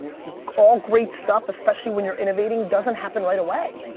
all great stuff, especially when you're innovating, doesn't happen right away.